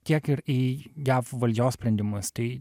tiek ir į jav valdžios sprendimus tai